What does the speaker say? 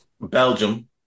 Belgium